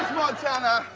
montana!